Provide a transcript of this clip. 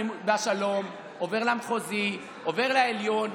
בשלום, עובר למחוזי, עובר לעליון,